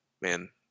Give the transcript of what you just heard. man